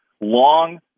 long